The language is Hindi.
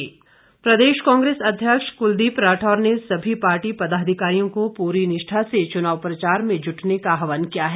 कांग्रेस प्रदेश कांग्रेस अध्यक्ष कुलदीप राठौर ने सभी पार्टी पदाधिकारियों को पूरी निष्ठा से चुनाव प्रचार में जुटने का आहवान किया है